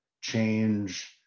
change